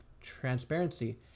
transparency